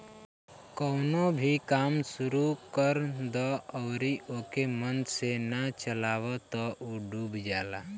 कवनो भी काम शुरू कर दअ अउरी ओके मन से ना चलावअ तअ उ डूब जाला